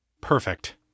Perfect